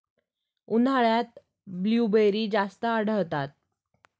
उन्हाळ्यात ब्लूबेरी जास्त आढळतात